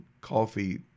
coffee